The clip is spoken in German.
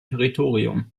territorium